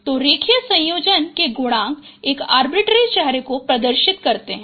तो रैखिक संयोजन के गुणांक एक अर्बिटरी चेहरे को प्रदर्शित करते हैं